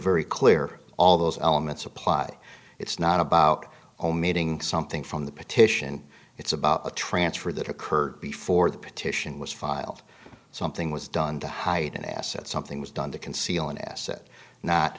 very clear all those elements apply it's not about omitting something from the petition it's about a transfer that occurred before the petition was filed something was done to hide an asset something was done to conceal an asset not